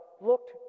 looked